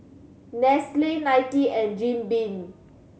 Nestle Nike and Jim Beam